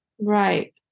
right